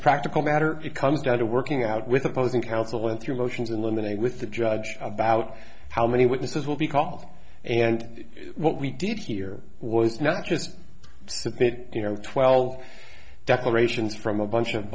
a practical matter it comes down to working out with opposing counsel went through motions in limine and with the judge about how many witnesses will be called and what we did here was not just submit you know twelve declarations from a bunch of